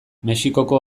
mexikoko